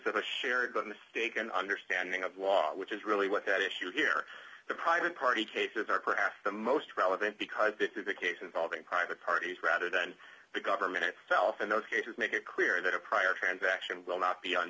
of a shared mistaken understanding of law which is really what the issue here the private party cases are perhaps the most relevant because it is a case involving private parties rather than the government itself in those cases make it clear that a prior transaction will not be